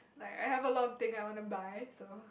like I have a lot of things I want to buy